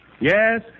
Yes